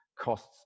costs